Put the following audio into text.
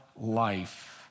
life